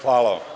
Hvala.